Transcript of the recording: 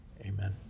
amen